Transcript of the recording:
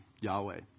Yahweh